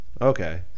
okay